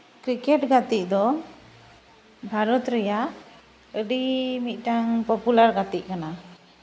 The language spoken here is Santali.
ᱠᱨᱤᱠᱮᱴ ᱜᱟᱛᱮᱜ ᱫᱚ ᱵᱷᱟᱨᱚᱛ ᱨᱮᱭᱟᱜ ᱟᱹᱰᱤ ᱢᱤᱫᱴᱟᱱ ᱯᱚᱯᱩᱞᱟᱨ ᱜᱟᱛᱮᱜ ᱠᱟᱱᱟ